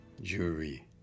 jury